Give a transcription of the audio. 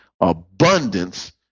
abundance